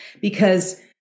Because-